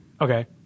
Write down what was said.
Okay